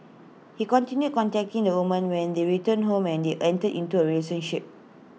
he continued contacting the woman when they returned home and they entered into A relationship